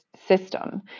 system